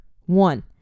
one